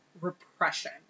repression